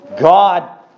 God